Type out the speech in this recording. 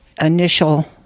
initial